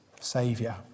saviour